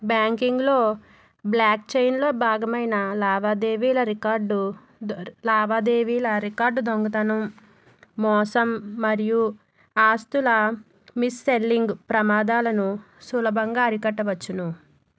బ్యాంకింగ్లో బ్ల్యాక్ చైన్లో భాగమైన లావాదేవవీల రికార్డు దొర లావాదేవవీల రికార్డు దొంగతనం మోసం మరియు ఆస్తుల మిస్ సెల్లింగ్ ప్రమాదాలను సులభంగా అరికట్ట వచ్చును